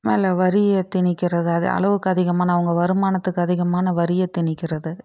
மேலே வரியை திணிக்கிறது அதுவும் அளவுக்கு அதிகமான அவங்க வருமானத்துக்கு அதிகமான வரிய திணிக்கிறது